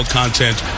content